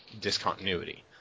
discontinuity